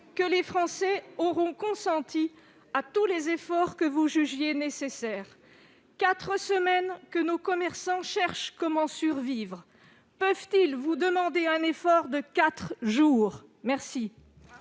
que les Français auront consenti à tous les efforts que vous jugiez nécessaires, quatre semaines que nos commerçants cherchent à survivre. Peuvent-ils vous demander un effort de quatre jours ? La